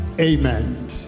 Amen